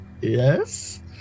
Yes